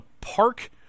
park